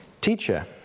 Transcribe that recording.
Teacher